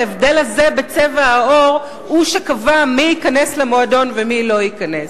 ההבדל הזה בצבע העור הוא שקבע מי ייכנס למועדון ומי לא ייכנס.